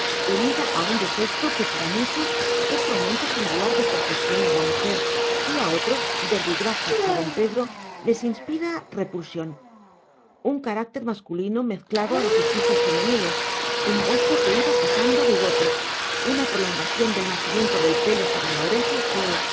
unida a un defecto que para muchos es aumento singular de perfección en la mujer y a otros verbigracia a don pedro les inspira repulsión un carácter masculino mezclado a los hechizos femeniles un bozo que iba pasando a bigote una prolongación del nacimiento del pelo sobre la oreja que